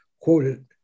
quoted